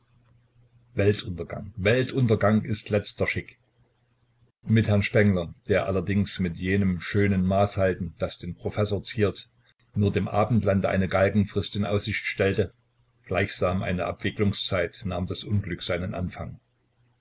weltuntergang weltuntergang ist letzter schick mit herrn spengler der allerdings mit jenem schönen maßhalten das den professor ziert nur dem abendlande eine galgenfrist in aussicht stellte gleichsam eine abwicklungszeit nahm das unglück seinen anfang